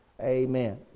Amen